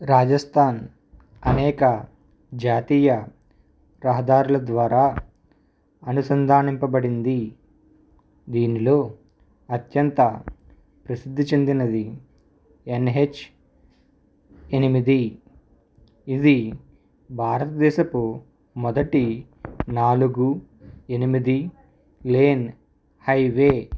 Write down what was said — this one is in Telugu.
రాజస్థాన్ అనేక జాతీయ రహదారుల ద్వారా అనుసంధానింపబడింది దీనిలో అత్యంత ప్రసిద్ధి చెందినది ఎన్హెచ్ ఎనిమిది ఇది భారతదేశపు మొదటి నాలుగు ఎనిమిది లేన్ హైవే